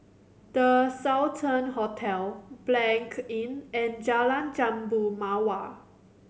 The Sultan Hotel Blanc Inn and Jalan Jambu Mawar